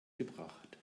gebracht